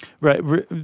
Right